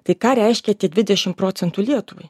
tai ką reiškia tie dvidešimt procentų lietuvai